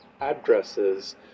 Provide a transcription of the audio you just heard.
addresses